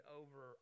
over